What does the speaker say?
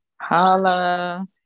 Holla